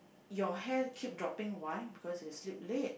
your hair keep dropping why because you sleep late